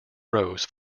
rows